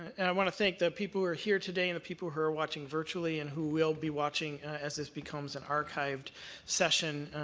and i want to thank the people who are here today, and the people who are watching virtually, and who will be watching as this becomes an archived session,